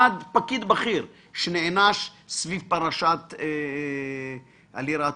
עד פקיד בכיר, שנענש סביב פרשת הלירה הטורקית?